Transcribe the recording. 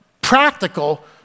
practical